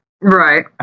right